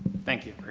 thank you.